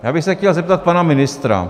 Já bych se chtěl zeptat pana ministra.